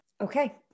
Okay